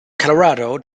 colorado